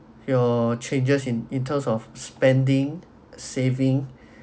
your changes in in terms of spending saving